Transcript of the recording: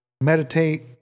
meditate